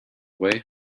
way